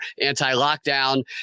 anti-lockdown